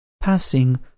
passing